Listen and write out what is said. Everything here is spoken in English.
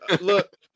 Look